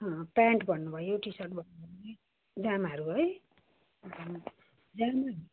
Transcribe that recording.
pant भन्नुभयो t-shirt भन्नुभयो जामाहरू है जामा